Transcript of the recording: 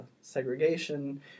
segregation